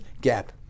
gap